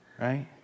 Right